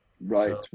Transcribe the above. Right